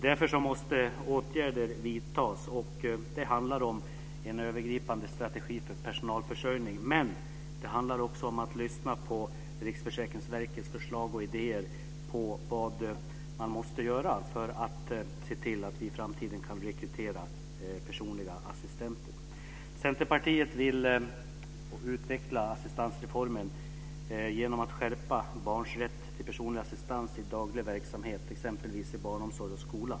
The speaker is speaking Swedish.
Därför måste åtgärder vidtas. Det handlar om en övergripande strategi för personalförsörjning, men det handlar också om att lyssna på Riksförsäkringsverkets förslag och idéer om vad man behöver göra för att se till att man i framtiden kan rekrytera personliga assistenter. Centerpartiet vill utveckla assistansreformen genom att skärpa barns rätt till personlig assistans i daglig verksamhet, exempelvis i barnomsorg och skola.